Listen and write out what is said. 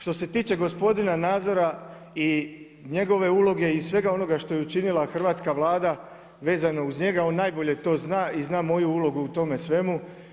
Što se tiče gospodina Nazora i njegove uloge i svega onoga što je učinila hrvatska Vlada vezano uz njega, on najbolje to zna i zna moju ulogu u tome svemu.